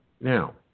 Now